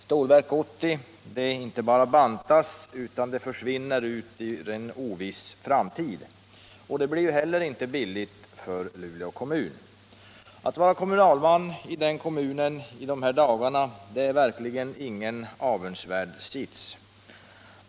Stålverk 80 inte bara bantas utan försvinner ut i en oviss framtid. Och det blir inte heller billigt för Luleå kommun. Att vara kommunalman i den kommunen i de här dagarna är verkligen ingen avundsvärd sits.